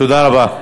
תודה רבה.